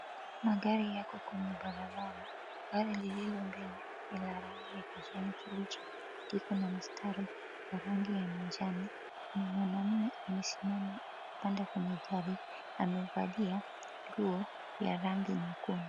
Magari yako kwenye barabara. Gari lililo mbele ni la rangi ya kijani kibichi, liko na mstari wa rangi ya manjano na mwanaume amesimama pande kwenye gari amevalia nguo ya rangi nyekundu.